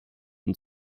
and